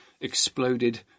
exploded